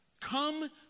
Come